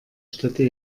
städte